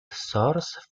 source